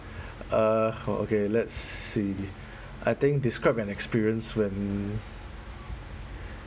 uh oh okay let's see I think describe an experience when